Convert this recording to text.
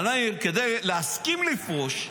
הרי כדי להסכים לפרוש,